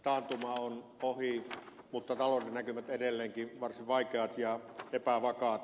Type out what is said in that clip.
taantuma on ohi mutta talouden näkymät edelleenkin varsin vaikeat ja epävakaat